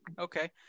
Okay